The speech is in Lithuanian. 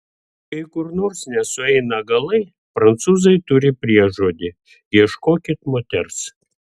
kai kur nors nesueina galai prancūzai turi priežodį ieškokit moters